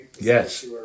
Yes